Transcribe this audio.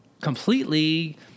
completely